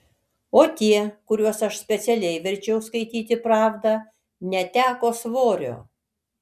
o tie kuriuos aš specialiai verčiau skaityti pravdą neteko svorio